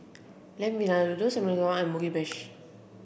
Lamb Vindaloo Samgyeopsal and Mugi Meshi